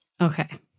Okay